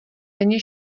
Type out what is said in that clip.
denně